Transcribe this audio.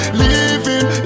living